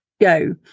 go